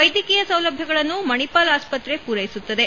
ವೈದ್ಯಕೀಯ ಸೌಲಭ್ಯಗಳನ್ನು ಮಣಿಪಾಲ್ ಆಸ್ಪತ್ರೆ ಪೂರೈಸುತ್ತದೆ